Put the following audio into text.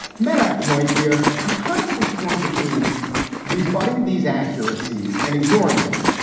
but point here. i'm constantly torn between rebutting these accuracy's and ignoring them.